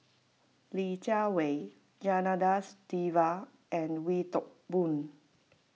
Li Jiawei Janadas Devan and Wee Toon Boon